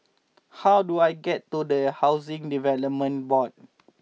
how do I get to the Housing Development Board